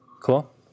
Cool